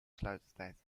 sluitertijd